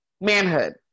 manhood